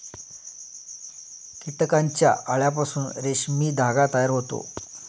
कीटकांच्या अळ्यांपासून रेशीम धागा तयार होतो